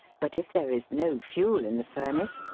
but if there is no fuel in the furnace,